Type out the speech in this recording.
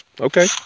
okay